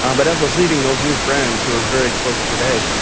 um but as i was leaving, those new friends, who are very close today,